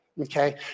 Okay